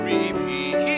Repeat